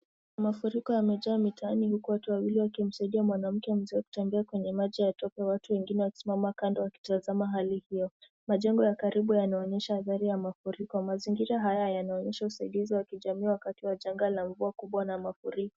Mafuriko yamejaa mitaani huku watu wawili wakimsaidia mwanamke mzee kutembea kwenye maji ya tope. Watu wengine wakisimama kando wakitazama hali hiyo. Majengo ya karibu yanaonyesha athari ya mafuriko. Mazingira haya yanaonyesha usaidizi wa kijamii wakati wa janga la mvua kubwa na mafuriko.